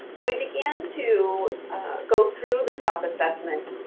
and we began to go through the self-assessment.